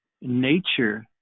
nature